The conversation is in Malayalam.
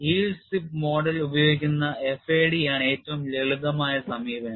yield സ്ട്രിപ്പ് മോഡൽ ഉപയോഗിക്കുന്ന FAD ആണ് ഏറ്റവും ലളിതമായ സമീപനം